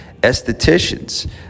estheticians